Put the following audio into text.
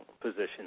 position